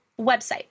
website